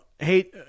Hey